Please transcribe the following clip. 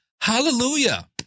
Hallelujah